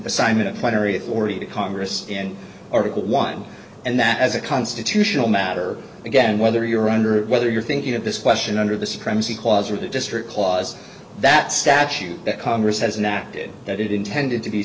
authority to congress in article one and that as a constitutional matter again whether you're under whether you're thinking of this question under the supremacy clause or the district clause that statute that congress has an active that it intended to be